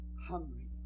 hungry